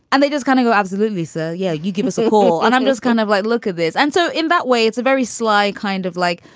and they just gonna go. absolutely, sir. yeah. you give us a call and i'm just kind of like, look at this. and so in that way, it's a very sly kind of like,